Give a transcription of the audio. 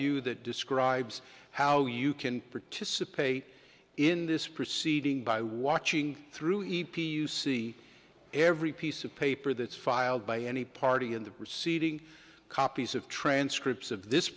you that describes how you can participate in this proceeding by watching through e p you see every piece of paper that's filed by any party in the proceeding copies of transcripts of this